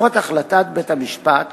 בעקבות החלטת בית-המשפט